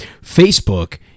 Facebook